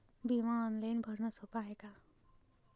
बिमा ऑनलाईन भरनं सोप हाय का?